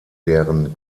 deren